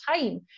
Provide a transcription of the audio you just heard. time